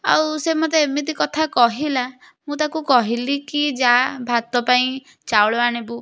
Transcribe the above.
ଆଉ ସେ ମୋତେ ଏମିତି କଥା କହିଲା ମୁଁ ତାକୁ କହିଲି କି ଯା ଭାତ ପାଇଁ ଚାଉଳ ଆଣିବୁ